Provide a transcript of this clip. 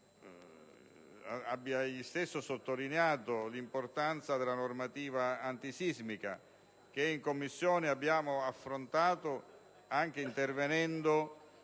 abbia sottolineato l'importanza della normativa antisismica, che in Commissione abbiamo affrontato anche intervenendo